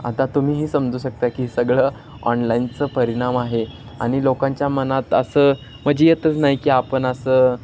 आता तुम्हीही समजू शकता की सगळं ऑनलाईनचं परिणाम आहे आणि लोकांच्या मनात असं म्हणजे येतच नाही की आपण असं